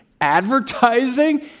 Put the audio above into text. Advertising